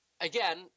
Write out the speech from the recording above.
again